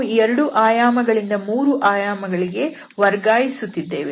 ನಾವು ಎರಡು ಆಯಾಮಗಳಿಂದ 3 ಆಯಾಮಗಳಿಗೆ ವರ್ಗಾಯಿಸುತ್ತಿದ್ದೇವೆ